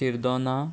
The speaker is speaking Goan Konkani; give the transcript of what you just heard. शिरदोना